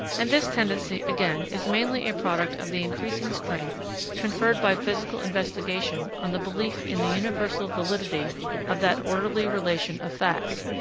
and this tendency, again, is mainly a product of the increasing strength conferred by physical investigation on the belief in the universal validity of that orderly relation of facts,